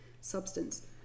substance